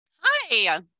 Hi